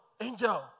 angel